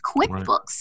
QuickBooks